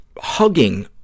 hugging